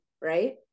right